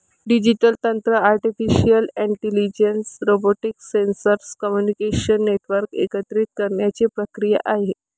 digital तंत्र artificial intelligence, robotics, sensor, communication network एकत्रित करण्याची प्रक्रिया आहे